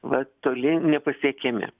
vat toli nepasiekiami